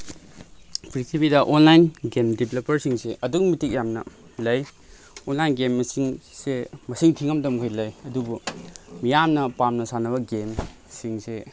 ꯄ꯭ꯔꯤꯊꯤꯕꯤꯗ online game ꯗꯤꯕ꯭ꯂꯕꯄꯔꯁꯤꯡꯁꯦ ꯑꯗꯨꯛꯀꯤ ꯃꯇꯤꯛ ꯌꯥꯝꯅ ꯂꯩ ꯑꯣꯟꯂꯥꯏꯟ ꯒꯦꯝ ꯃꯁꯤꯡꯁꯦ ꯃꯁꯤꯡ ꯊꯤꯉꯝꯗ ꯃꯈꯩ ꯂꯩ ꯑꯗꯨꯕꯨ ꯃꯤꯌꯥꯝꯅ ꯄꯥꯝꯅ ꯁꯥꯟꯅꯕ ꯒꯦꯝ ꯁꯤꯡꯁꯦ